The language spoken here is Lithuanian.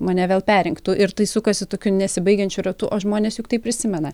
mane vėl perrinktų ir tai sukasi tokiu nesibaigiančiu ratu o žmonės juk tai prisimena